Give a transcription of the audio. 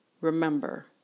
Remember